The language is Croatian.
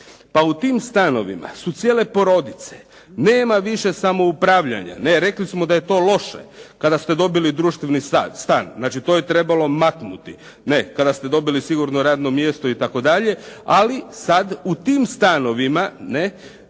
Pa u tim stanovima su cijele porodice, nema više samoupravljanja. Ne, rekli smo da je to loše. Kada ste dobili društveni stan, znači to je trebalo maknuti. Ne, kada ste dobili sigurno radno mjesto itd., ali sad u tim stanovima